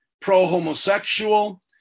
pro-homosexual